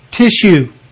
tissue